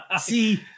See